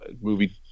movie